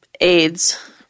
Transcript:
AIDS